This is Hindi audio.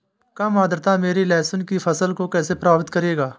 कम आर्द्रता मेरी लहसुन की फसल को कैसे प्रभावित करेगा?